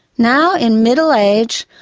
now, in middle age,